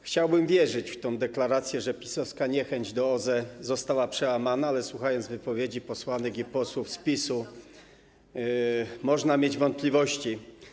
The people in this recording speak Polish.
Chciałbym wierzyć w tę deklarację, że PiS-owska niechęć do OZE została przełamana, ale słuchając wypowiedzi posłanek i posłów z PiS, można mieć wątpliwości.